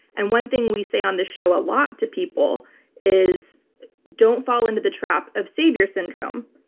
and one thing we say on the show a lot to people is don't fall into the trap of savior syndrome.